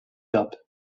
dub